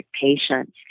patients